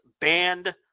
banned